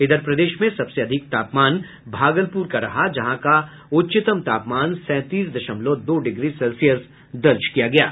इधर प्रदेश में सबसे अधिक तापमान भागलपुर का रहा जहां का उच्चतम तापमान सैंतीस दशमलव दो डिग्री सेल्सियस दर्ज किया गया है